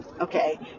okay